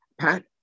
Pat